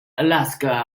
alaska